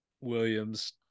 Williams